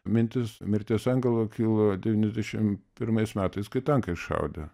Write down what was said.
mintis mirties angelo kilo devyniasdešim pirmais metais kai tankai šaudė